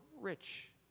rich